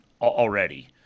already